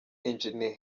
eng